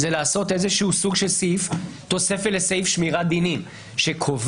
לעשות איזשהו סוג של סעיף תוספת לסעיף שמירת דיני שקובע